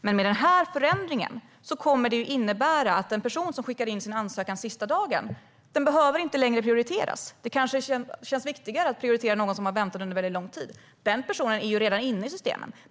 Men den här förändringen kommer att innebära att en person som skickar in sin ansökan sista dagen inte längre behöver prioriteras. Det kanske känns viktigare att prioritera någon som har väntat under lång tid. Den personen är ju redan inne i systemen.